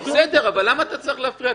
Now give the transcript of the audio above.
בסדר, אבל למה אתה צריך להפריע?